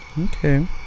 Okay